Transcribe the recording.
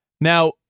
Now